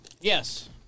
Yes